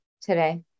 today